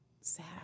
sad